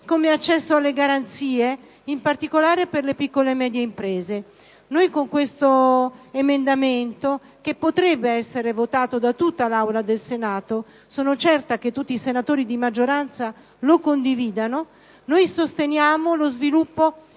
come alle garanzie, in particolare per le piccole e medie imprese. Con questo emendamento - che potrebbe essere votato da tutta l'Aula del Senato, perché sono certa che tutti i senatori di maggioranza lo condividono - sosteniamo lo sviluppo